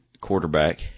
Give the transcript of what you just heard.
quarterback